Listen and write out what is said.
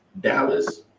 Dallas